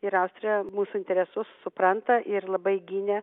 ir austrija mūsų interesus supranta ir labai gynė